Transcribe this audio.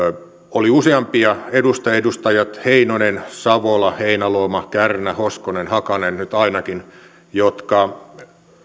oli useampia edustajia edustajat heinonen savola heinäluoma kärnä hoskonen hakanen nyt ainakin jotka